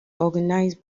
organised